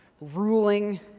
ruling